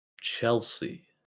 Chelsea